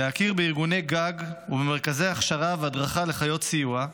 להכיר בארגוני גג ובמרכזי הכשרה והדרכה לחיות סיוע,